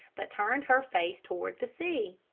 but turned her face toward the sea.